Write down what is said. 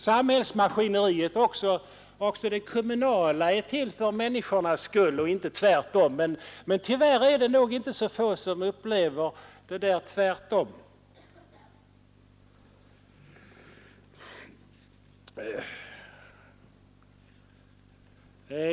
Samhällsmaskineriet — också det kommunala — är till för människornas skull, men tyvärr är det nog inte så få som upplever det tvärtom.